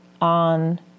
on